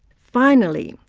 finally,